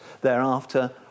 thereafter